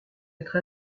être